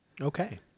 Okay